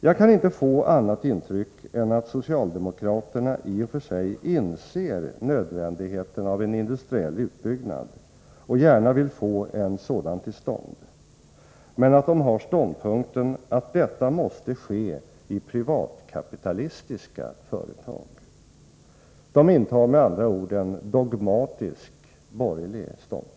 Jag kan inte få annat intryck än att socialdemokraterna i och för sig inser nödvändigheten av en industriell utbyggnad och gärna vill få en sådan till stånd, men att de har ståndpunkten att det måste ske i privatkapitalistiska Nr 168 företag. De intar med andra ord en dogmatisk borgerlig ståndpunkt.